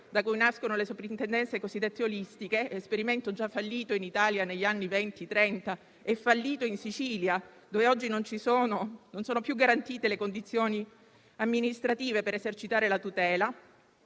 da cui nascono le soprintendenze cosiddette olistiche, esperimento già fallito in Italia negli anni Venti e Trenta, e fallito in Sicilia, dove oggi non sono più garantite le condizioni amministrative per esercitare la tutela,